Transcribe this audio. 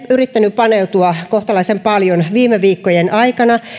yrittänyt paneutua kohtalaisen paljon viime viikkojen aikana